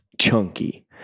chunky